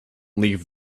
leave